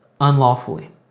unlawfully